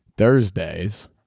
thursdays